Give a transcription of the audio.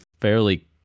fairly